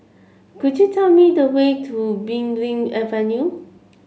could you tell me the way to Belimbing Avenue